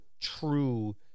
true